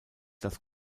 das